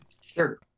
Sure